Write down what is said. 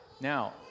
Now